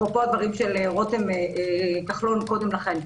אפרופו הדברים של רותם כחלון קודם לכן,